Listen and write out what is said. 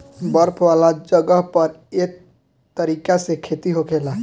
बर्फ वाला जगह पर एह तरीका से खेती होखेला